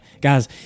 guys